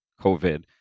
COVID